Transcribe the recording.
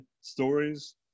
stories